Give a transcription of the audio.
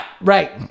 Right